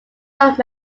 alone